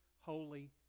Holy